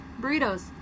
burritos